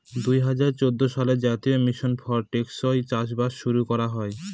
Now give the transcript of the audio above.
দুই হাজার চৌদ্দ সালে জাতীয় মিশন ফর টেকসই চাষবাস শুরু করা হয়